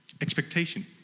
Expectation